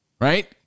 right